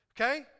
Okay